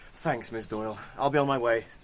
thanks, ms doyle! i'll be on my way.